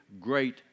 great